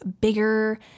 bigger